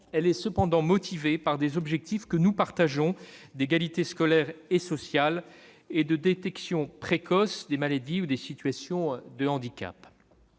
elle est cependant motivée par un objectif, que nous partageons, d'égalité scolaire et sociale, et de détection précoce des maladies ou situations de handicap.